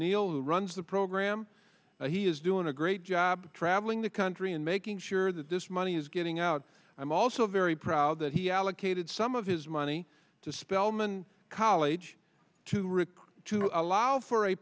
who runs the program he is doing a great job traveling the country and making sure that this money is getting out i'm also very proud that he allocated some of his money to spelman college to rip to allow for a